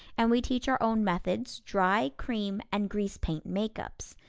and we teach our own methods, dry, cream, and grease-paint makeups.